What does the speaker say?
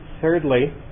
Thirdly